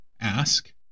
ask